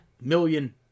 million